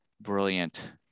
brilliant